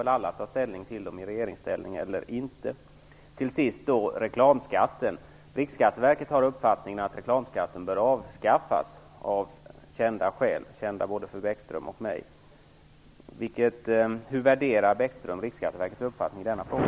Vi får väl alla ta ställning till dem, i regeringsställning eller inte. Till sist vill jag ta upp reklamskatten. Riksskatteverket har uppfattningen att reklamskatten bör avskaffas, av skäl kända både för Bäckström och mig. Hur värderar Bäckström Riksskatteverkets uppfattning i denna fråga?